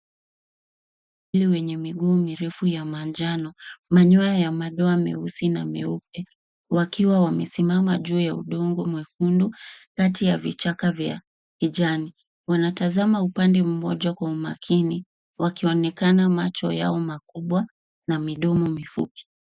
Ndege mwenye miguu mirefu ya manjano manyoya ya madoa meusi na meupe wakiwa wamesimama juu ya udongo mwekundu kati ya vichaka vya kijani. Wanatazama upande mmoja kwa umaakini wakionekana macho yao makubwa na midomo mifupi.